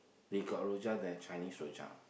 they got rojak there Chinese rojak